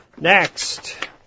Next